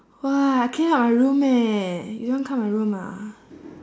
!wah! I clean up my room eh you don't want come my room ah